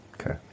Okay